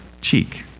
cheek